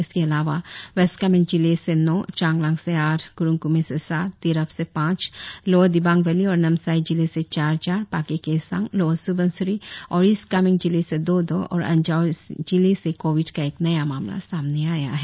इसके अलावा वेस्ट कामेंग जिले से नौ चांगलांग से आठ क्रुंग क्मे से सात तिरप से पांच लोअर दिबांग वैली और नामसाई जिले से चार चार पाके केसांग लोअर स्बनसिरी और ईस्ट कामेंग जिले से दो दो और अंजाव जिले से कोविड का एक नया मामला सामने आया है